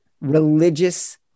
religious